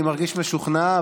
אני מרגיש משוכנע,